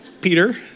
Peter